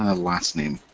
ah last name,